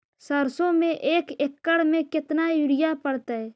सरसों में एक एकड़ मे केतना युरिया पड़तै?